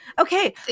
Okay